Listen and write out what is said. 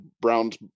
Browns